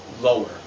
lower